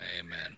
Amen